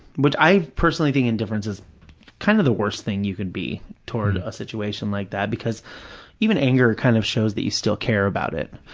which i personally think indifference is kind of the worst thing you can be toward a situation like that, because even anger kind of shows that you still care about it.